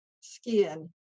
skin